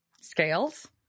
scales